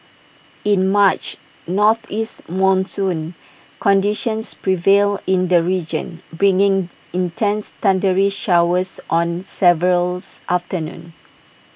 in March northeast monsoon conditions prevailed in the region bringing intense thundery showers on severals afternoons